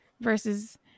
versus